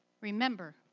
Remember